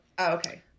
okay